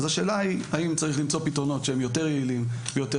אז השאלה היא האם צריך למצוא פתרונות שהם יותר יעילים ויותר